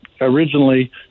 originally